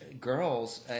girls